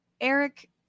Eric